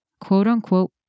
quote-unquote